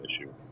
issue